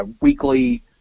weekly